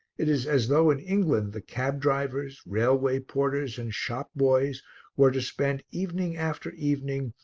it is as though in england the cab-drivers, railway porters and shop-boys were to spend evening after evening,